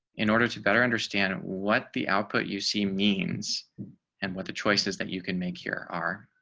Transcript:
in order to better understand what the output you see means and what the choices that you can make here are